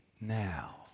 now